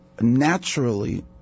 naturally